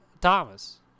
Thomas